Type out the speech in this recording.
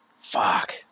fuck